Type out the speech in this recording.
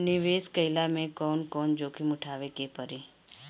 निवेस कईला मे कउन कउन जोखिम उठावे के परि?